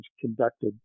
conducted